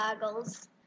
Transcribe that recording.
goggles